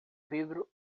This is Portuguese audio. vidro